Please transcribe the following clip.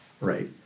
Right